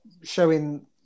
showing